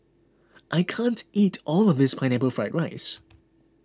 I can't eat all of this Pineapple Fried Rice